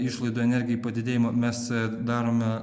išlaidų energijai padidėjimo mes darome